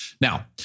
Now